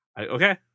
Okay